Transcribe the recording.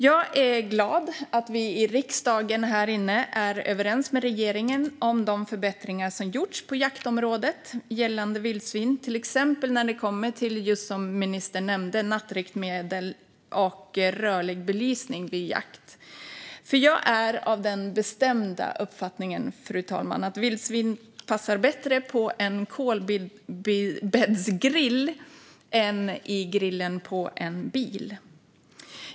Jag är glad att vi i riksdagen är överens med regeringen om de förbättringar som har gjorts på jaktområdet gällande vildsvin, till exempel när det kommer till det som ministern nämnde: nattriktmedel och rörlig belysning vid jakt. Jag är av den bestämda uppfattningen, fru talman, att vildsvin passar bättre på en kolbäddsgrill än i grillen på en bil.